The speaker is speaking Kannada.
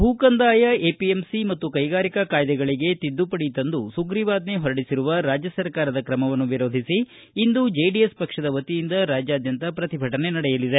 ಭೂಕಂದಾಯ ಎಪಿಎಂಸಿ ಮತ್ತುಕ್ಷೆಗಾರಿಕಾ ಕಾಯ್ದೆಗಳಿಗೆ ತಿದ್ದುಪಡಿ ತಂದು ಸುಗ್ರೀವಾಜ್ಜೆ ಹೊರಡಿಸಿರುವ ರಾಜ್ಯ ಸರ್ಕಾರದ ಕ್ರಮವನ್ನು ವಿರೋಧಿಸಿ ಇಂದು ಜೆಡಿಎಸ್ ಪಕ್ಷದ ವತಿಯಿಂದ ರಾಜ್ಞಾದ್ಯಾಂತ ಪ್ರತಿಭಟನೆ ನಡೆಯಲಿದೆ